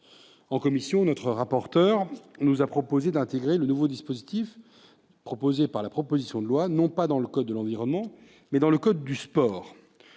En commission, notre rapporteur nous a proposé d'intégrer le nouveau dispositif prévu dans la proposition de loi non pas dans le code de l'environnement, mais dans le code du sport.